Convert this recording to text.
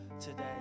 today